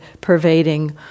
pervading